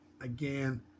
again